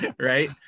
Right